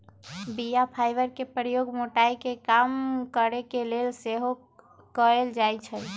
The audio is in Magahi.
बीया फाइबर के प्रयोग मोटाइ के कम करे के लेल सेहो कएल जाइ छइ